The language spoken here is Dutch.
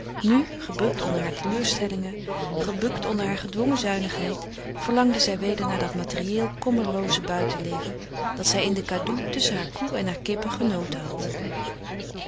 nu gebukt onder haar teleurstellingen gebukt onder haar gedwongen zuinigheid verlangde zij weder naar dat materieel kommerlooze buitenleven dat zij in de kadoe tusschen haar koe en haar kippen genoten had